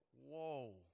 whoa